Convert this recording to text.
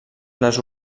les